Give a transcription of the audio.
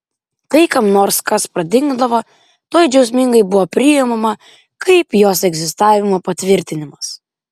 kai kam nors kas pradingdavo tuoj džiaugsmingai buvo priimama kaip jos egzistavimo patvirtinimas